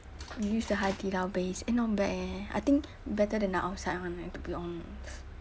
we use the hai di lao base eh not bad eh I think better than the outside one to be honest